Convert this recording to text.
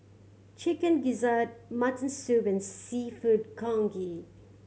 Chicken Gizzard mutton soup and Seafood Congee